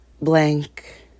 blank